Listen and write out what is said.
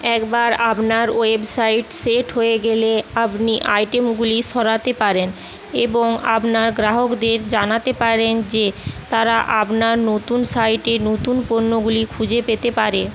একবার আপনার website set হয়ে গেলে আপনি আইটেমগুলি সরাতে পারেন এবং আপনার গ্রাহকদের জানাতে পারেন যে তারা আপনার নতুন সাইটে নতুন পণ্যগুলি খুঁজে পেতে পারে